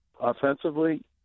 offensively